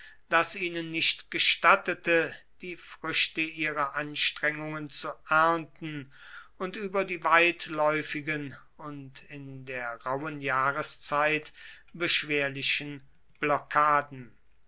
das ihnen nicht gestattete die früchte ihrer anstrengungen zu ernten und über die weitläufigen und in der rauben jahreszeit beschwerlichen blockaden